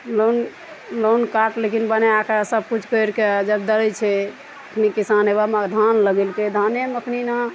loan loan card लेकिन बना कऽ सबकिछु करि कऽ जब दरै छै तखनी किसान हे बा धान लगेलकै धानेमे अखनी ने